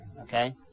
okay